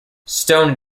stone